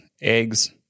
eggs